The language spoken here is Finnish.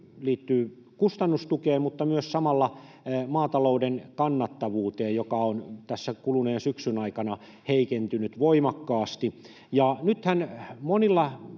liittyy kustannustukeen mutta myös samalla maatalouden kannattavuuteen, joka on tässä kuluneen syksyn aikana heikentynyt voimakkaasti. Nythän monilla